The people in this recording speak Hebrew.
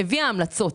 היא הביאה המלצות,